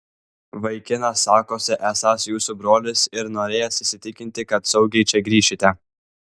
vaikinas sakosi esąs jūsų brolis ir norėjęs įsitikinti kad saugiai čia grįšite